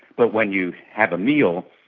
but when you have a meal,